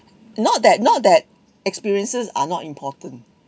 not that not that experiences are not important